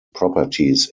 properties